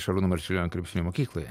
šarūno marčiulionio krepšinio mokykloje